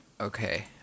okay